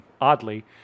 oddly